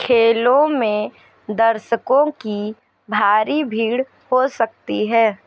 खेलों में दर्शकों की भारी भीड़ हो सकती है